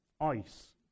ice